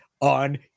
on